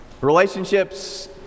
Relationships